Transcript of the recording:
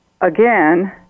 again